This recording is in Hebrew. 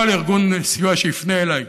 כל ארגון סיוע שיפנה אליי